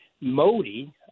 Modi